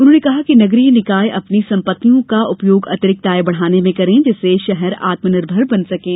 उन्होंने कहा कि नगरीय निकाय अपनी सम्पत्तियों का उपयोग अतिरिक्त आय बढ़ाने में करें जिससे शहर आत्म निर्भर बनें सकें